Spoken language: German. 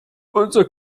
unser